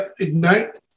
Ignite